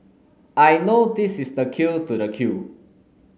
I know this is the queue to the queue